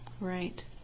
Right